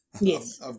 Yes